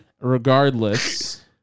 regardless